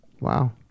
Wow